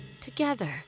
together